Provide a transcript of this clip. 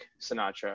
Sinatra